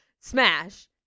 smash